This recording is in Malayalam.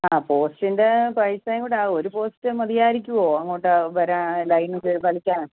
ആ പോസ്റ്റിൻ്റെ പൈസയും കൂടെ ആവും ഒരു പോസ്റ്റ് മതിയായിരിക്കുമോ അങ്ങോട്ട് വരാൻ ലൈൻ വ വലിക്കാൻ